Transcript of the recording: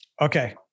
Okay